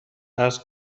عرض